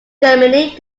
germany